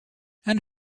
and